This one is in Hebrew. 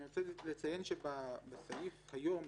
אני רוצה לציין שבסעיף היום,